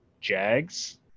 Jags